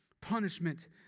punishment